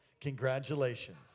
Congratulations